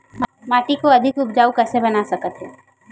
माटी को अधिक उपजाऊ कइसे बना सकत हे?